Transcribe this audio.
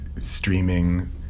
streaming